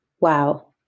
Wow